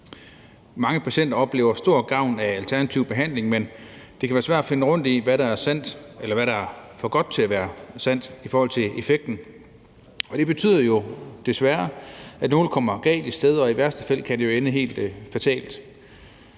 Mange patienter oplever stor gavn af alternativ behandling, men det kan være svært at finde rundt i, hvad der er sandt, eller hvad der er for godt til at være sandt i forhold til effekten. Det betyder jo desværre, at nogle kommer galt af sted, og i værste fald kan det jo ende helt fatalt.